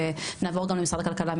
ונעבור גם למשרד הכלכלה,